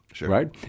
Right